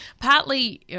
partly